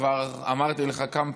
כבר אמרתי לך כמה פעמים: